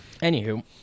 Anywho